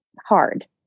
hard